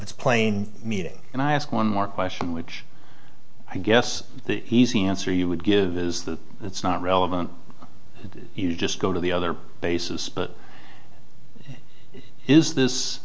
its plain meeting and i ask one more question which i guess the easy answer you would give is that it's not relevant you just go to the other basis but is this